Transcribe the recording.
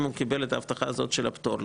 אם הוא קיבל את ההבטחה הזאת של הפטור,